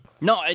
No